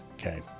okay